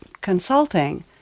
consulting